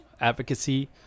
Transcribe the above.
advocacy